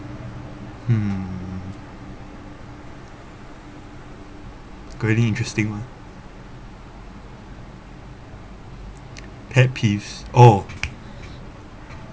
mm got any interesting one pet peeves oh